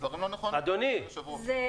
דברים לא נכונים, אדוני היושב-ראש.